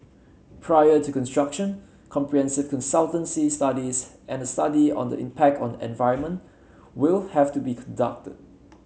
prior to construction comprehensive consultancy studies and a study on the impact on environment will have to be conducted